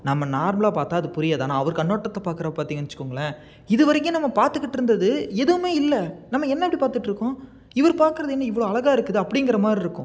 நம்ம நார்மலாக பார்த்தா அது புரியாது ஆனால் அவர் கண்ணோட்டத்துல பாக்கிறப்ப பார்த்திங்கன்னு வெச்சுக்கோங்களேன் இது வரைக்கும் நம்ம பார்த்துக்குட்டு இருந்தது எதுவும் இல்லை நம்ம என்ன அப்படி பார்த்துட்டுருக்கோம் இவரு பாக்கிறது என்ன இவ்வளோ அழகாக இருக்குது அப்டிங்கிற மாதிரி இருக்கும்